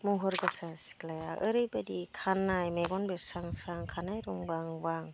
महर गोसा सिख्लाया ओरैबायदि खानाय मेगन बेरस्रांस्रां खानाइ रुंबांबां